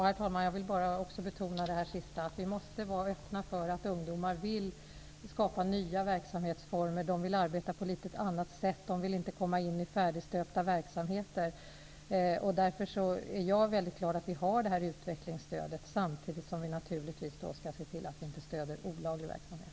Herr talman! Jag vill också betona att vi måste vara öppna för att ungdomar vill skapa nya verksamhetsformer. De vill arbeta på ett litet annat sätt. De vill inte komma in i färdigstöpta verksamheter. Därför är jag mycket glad för att vi har utvecklingsstödet, samtidigt som vi naturligtvis skall se till att vi inte stöder olaglig verksamhet.